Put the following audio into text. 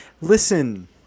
Listen